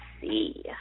see